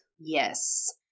Yes